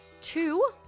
Two